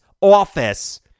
office